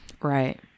Right